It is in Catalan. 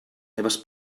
meves